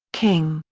king,